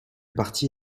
parti